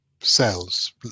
cells